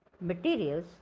materials